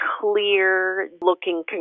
clear-looking